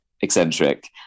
eccentric